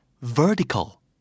vertical